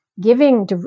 giving